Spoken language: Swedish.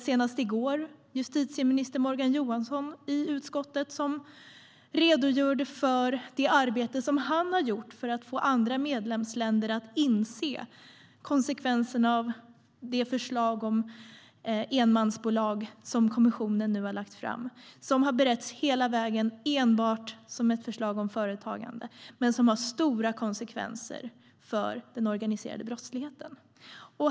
Senast i går redogjorde justitieminister Morgan Johansson i utskottet för det arbete som han har gjort för att få andra medlemsländer att inse konsekvenserna av förslaget om enmansbolag som kommissionen har lagt fram. Det har hela vägen beretts som ett förslag om företagande men har stora konsekvenser för den organiserade brottsligheten.